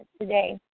today